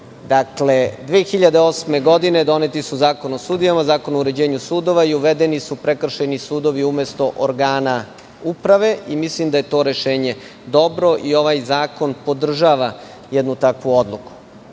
2008. doneti su Zakon o sudijama, Zakon o uređenju sudova i uvedeni su prekršajni sudovi umesto organa uprave. Mislim da je to rešenje dobro i ovaj zakon podržava jednu takvu odluku.